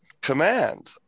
command